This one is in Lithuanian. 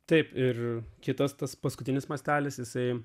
taip ir kitas tas paskutinis mastelis jisai